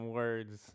words